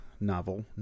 novel